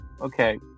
Okay